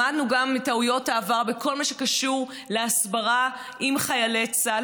למדנו גם מטעויות העבר בכל מה שקשור להסברה עם חיילי צה"ל,